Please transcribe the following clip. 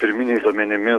pirminiais duomenimis